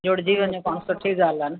जुड़िजी वञो पाण सुठी ॻाल्हि आहे न